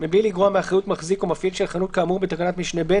מבלי לגרוע מאחריות מחזיק או מפעיל של חנות כאמור בתקנת משנה (ב),